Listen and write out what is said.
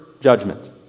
judgment